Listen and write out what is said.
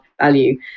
value